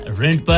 rent